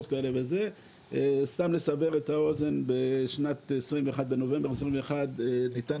סתם כדי לסבר את האוזן בנובמבר 2021 ניתן